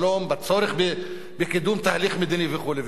בצורך בקידום תהליך מדיני וכו' וכו',